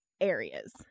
areas